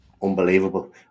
Unbelievable